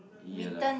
ya lah